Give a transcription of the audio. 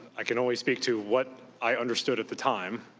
i can only speak to what i understood at the time.